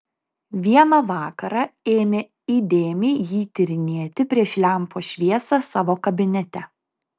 vieną vakarą ėmė įdėmiai jį tyrinėti prieš lempos šviesą savo kabinete